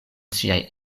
siaj